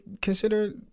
consider